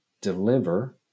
deliver